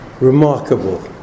remarkable